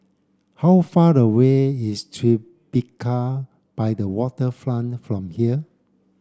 how far away is Tribeca by the Waterfront from here